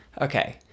Okay